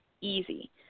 easy